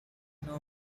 know